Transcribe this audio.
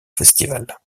festival